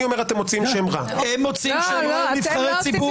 אני אומר שאתם מוציאים שם רע --- הם מוציאים שם רע לנבחרי הציבור?